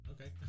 Okay